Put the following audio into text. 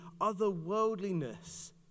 otherworldliness